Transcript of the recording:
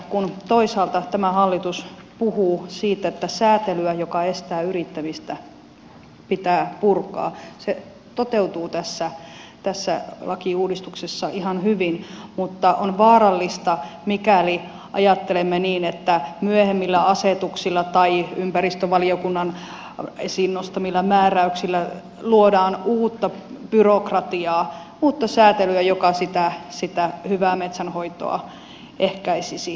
kun toisaalta tämä hallitus puhuu siitä että säätelyä joka estää yrittämistä pitää purkaa se toteutuu tässä lakiuudistuksessa ihan hyvin mutta on vaarallista mikäli myöhemmillä asetuksilla tai ympäristövaliokunnan esiin nostamilla määräyksillä luodaan uutta byrokratiaa uutta säätelyä joka sitä hyvää metsänhoitoa ehkäisisi